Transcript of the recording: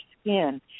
skin